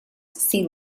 see